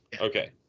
Okay